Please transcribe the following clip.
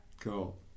Cool